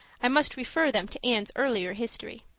i must refer them to anne's earlier history.